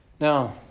Now